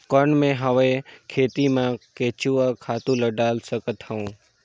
कौन मैं हवे खेती मा केचुआ खातु ला डाल सकत हवो?